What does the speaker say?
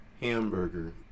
hamburger